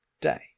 day